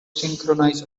synchronize